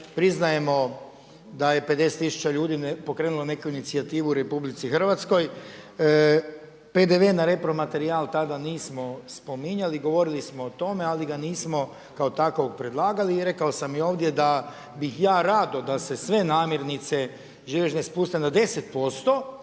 Priznajemo da je 50000 ljudi pokrenulo neku inicijativu u RH. PDV na repromaterijal tada nismo spominjali, govorili smo o tome, ali ga nismo kao takvog predlagali i rekao sam i ovdje da bih ja rado da se sve namirnice živežne spuste na 10%